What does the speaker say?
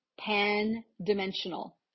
Pan-dimensional